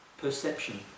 perception